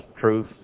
truth